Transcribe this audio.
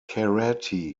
karate